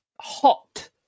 hot